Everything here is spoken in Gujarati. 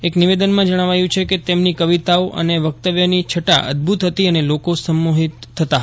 એક નિવેદનયાં જપ્રાવાયું છે કે તેમની કવિતાઓ અને વક્તવ્યની છટા અદભૂત હતી અને લોકો સમોહિત થતાં હતાં